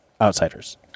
Outsiders